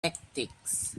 tactics